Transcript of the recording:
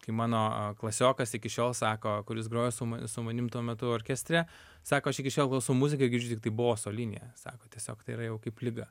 kai mano klasiokas iki šiol sako kuris grojo su ma su manim tuo metu orkestre sako aš iki šiol klausau muziką ir girdžiu tiktai boso liniją sako tiesiog tai yra jau kaip liga